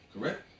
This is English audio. correct